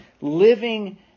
living